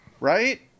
Right